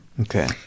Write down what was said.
Okay